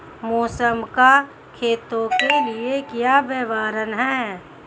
मौसम का खेतों के लिये क्या व्यवहार है?